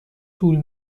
طول